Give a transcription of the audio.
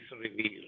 revealed